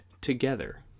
together